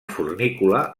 fornícula